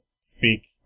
speak